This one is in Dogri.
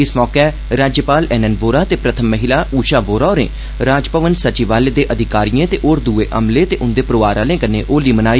इस मौके राज्यपाल एन एन वोहरा ते प्रथम महिला ऊशा वोहरा होरें राजभवन सचिवालय दे अधिकारिएं ते होर दूए अमले ते उन्दे परिवार आलें कन्ने होली मनाई